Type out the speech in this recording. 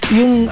yung